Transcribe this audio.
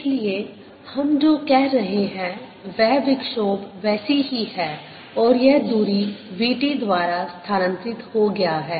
इसलिए हम जो कह रहे हैं वह विक्षोभ वैसी ही है और यह दूरी v t द्वारा स्थानांतरित हो गया है